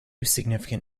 significant